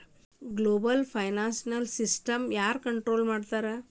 Global financial ಸಿಸ್ಟಮ್ನ ಯಾರ್ control ಮಾಡ್ತಿರ್ತಾರ?